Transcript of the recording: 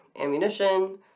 ammunition